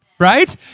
Right